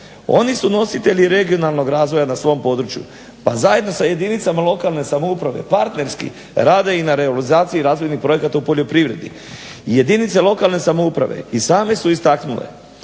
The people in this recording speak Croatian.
oni su nositelji regionalnog razvoja na svom području pa zajedno sa jedinicama lokalne samouprave partnerski rade i na realizaciji razvojnih projekata u poljoprivredi. I jedinice lokalne samouprave i same su istaknule